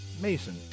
Mason